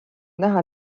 näha